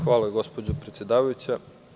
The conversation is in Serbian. Hvala, gospođo predsedavajuća.